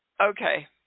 Okay